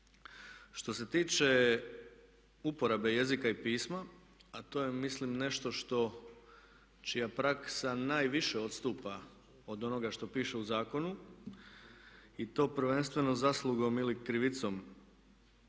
Što se tiče uporabe jezika i pisma, a to je mislim nešto što, čija praksa najviše odstupa od onoga što piše u zakonu i to prvenstveno zaslugom ili krivicom